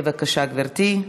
בבקשה, גברתי,